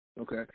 Okay